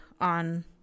on